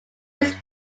his